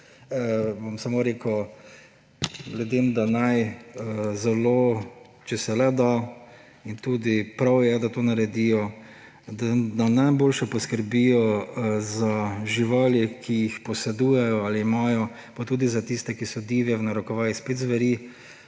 bom samo rekel ljudem, da naj, če se le da ‒ in tudi prav je, da to naredijo ‒, da najboljše poskrbijo za živali, ki jih posedujejo ali imajo, pa tudi za tiste, ki so divje ‒ v narekovajih spet ‒ zveri,